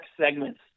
segments